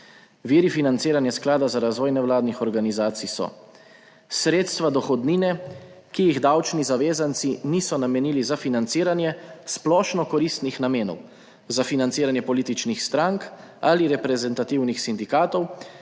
Viri financiranja sklada za razvoj nevladnih organizacij so sredstva dohodnine, ki jih davčni zavezanci niso namenili za financiranje splošno koristnih namenov, za financiranje političnih strank ali reprezentativnih sindikatov,